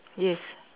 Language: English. yes